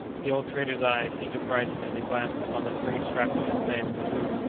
the old trader's eyes seemed to brighten as he glanced upon the three strapping young men who,